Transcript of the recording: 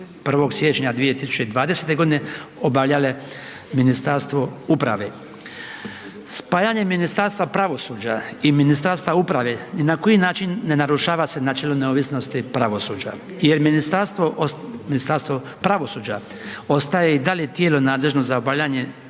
1. siječnja 2020. g. obavljale Ministarstvo uprave. Spajanjem Ministarstva pravosuđa i Ministarstva uprave ni na koji način ne narušava se načelne neovisnosti pravosuđa jer Ministarstvo pravosuđa ostaje i dalje tijelo nadležno za obavljanje